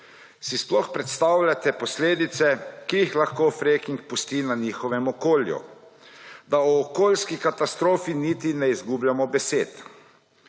Si sploh predstavljate posledice, ki jih lahko fracking pusti v njihovem okolju, da o okoljski katastrofi niti ne izgubljamo besed?!